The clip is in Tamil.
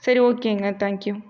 சரி ஓகேங்க தேங்க்கியூ